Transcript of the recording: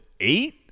eight